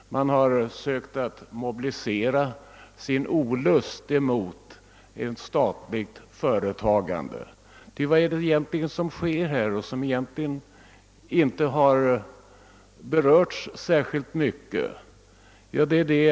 Man har på det sättet mobiliserat sin olust mot statligt företagande. Vad är det egentligen som här föreslås?